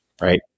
right